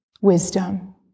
wisdom